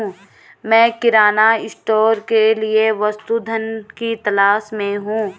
मैं किराना स्टोर के लिए वस्तु धन की तलाश में हूं